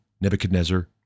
Nebuchadnezzar